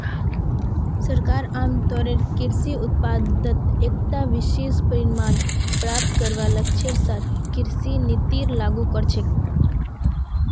सरकार आमतौरेर कृषि उत्पादत एकता विशिष्ट परिणाम प्राप्त करवार लक्ष्येर साथ कृषि नीतिर लागू कर छेक